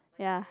ya